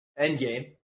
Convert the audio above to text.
Endgame